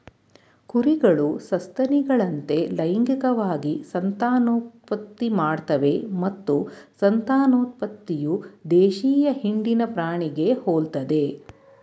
ಕುರಿಗಳು ಸಸ್ತನಿಗಳಂತೆ ಲೈಂಗಿಕವಾಗಿ ಸಂತಾನೋತ್ಪತ್ತಿ ಮಾಡ್ತವೆ ಮತ್ತು ಸಂತಾನೋತ್ಪತ್ತಿಯು ದೇಶೀಯ ಹಿಂಡಿನ ಪ್ರಾಣಿಗೆ ಹೋಲ್ತದೆ